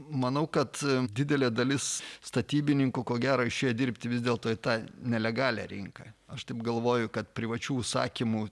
manau kad didelė dalis statybininkų ko gero išėjo dirbti vis dėlto tą nelegalią rinką aš taip galvoju kad privačių užsakymų